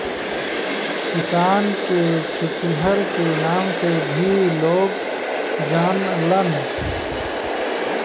किसान के खेतिहर के नाम से भी लोग जानलन